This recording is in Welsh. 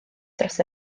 dros